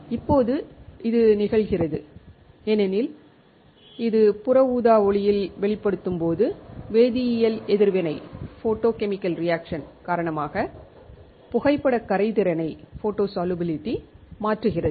இப்போது இது நிகழ்கிறது ஏனெனில் இது புற ஊதா ஒளியில் வெளிப்படுத்தும் போது வேதியியல் எதிர்வினை காரணமாக புகைப்படக் கரைதிறனை மாற்றுகிறது